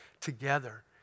together